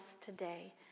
today